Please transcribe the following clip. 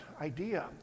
idea